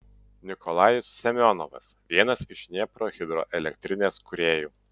nikolajus semionovas vienas iš dniepro hidroelektrinės kūrėjų